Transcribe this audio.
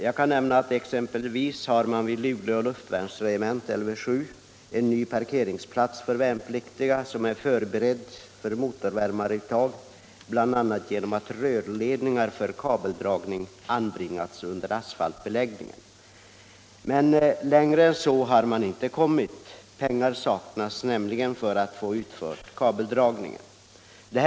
Jag kan exempelvis nämna att man vid Luleå luftvärnsregemente, Lv 7, har en ny parkeringsplats för de värnpliktiga som är förberedd för motorvärmaruttag bl.a. genom att rörledningar för kabeldragning anbringats under asfaltbeläggningen. Men längre än så har man inte kommit. Pengar saknas nämligen för att få kabeldragningen utförd.